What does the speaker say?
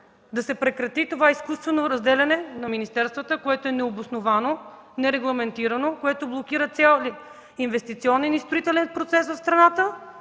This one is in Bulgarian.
да се прекрати това изкуствено разделяне на министерствата, което е необосновано, нерегламентирано, което блокира целия инвестиционен и строителен процес в страната